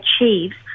achieves